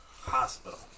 hospital